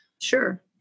Sure